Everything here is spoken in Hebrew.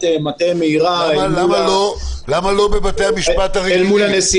מטה מהירה אל מול הנשיאים --- למה לא בבתי המשפט הרגילים?